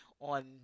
on